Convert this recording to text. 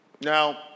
Now